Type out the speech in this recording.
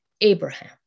Abraham